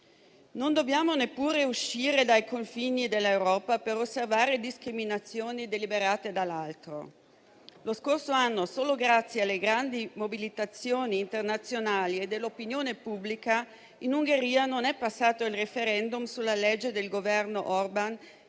Non dobbiamo neppure uscire dai confini dell'Europa per osservare discriminazioni deliberate dall'alto: lo scorso anno, solo grazie alle grandi mobilitazioni internazionali e dell'opinione pubblica, in Ungheria non è passato il *referendum* sulla legge del Governo Orban